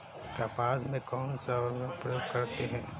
कपास में कौनसा उर्वरक प्रयोग करते हैं?